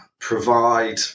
provide